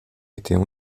étaient